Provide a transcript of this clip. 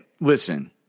Listen